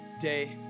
day